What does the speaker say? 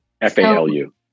F-A-L-U